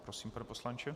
Prosím, pane poslanče.